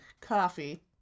coffee